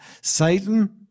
Satan